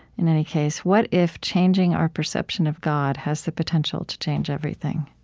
in any case. what if changing our perception of god has the potential to change everything?